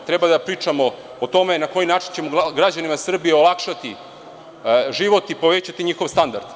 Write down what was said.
Treba da pričamo o tome na koji način ćemo građanima Srbije olakšati život i povećati njihov standard.